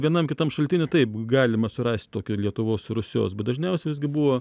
vienam kitam šaltiny taip galima surast tokią lietuvos rusios bet dažniausia visgi buvo